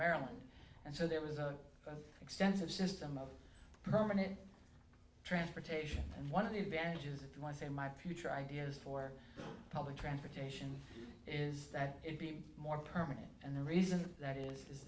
maryland and so there was an extensive system of permanent transportation and one of the advantages to i say my future ideas for public transportation is that it be more permanent and the reason that i